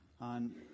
on